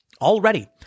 Already